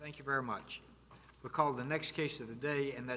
thank you very much for call the next case of the day and th